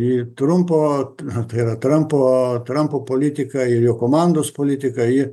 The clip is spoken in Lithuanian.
į trumpo tai yra trampo trampo politiką ir jo komandos politiką